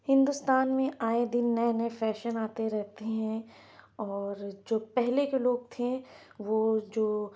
ہندوستان میں آئے دن نئے نئے فیشن آتے رہتے ہیں اور جو پہلے کے لوگ تھے وہ جو